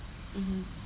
mmhmm